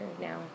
now